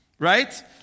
Right